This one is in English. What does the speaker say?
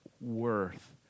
worth